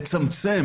לצמצם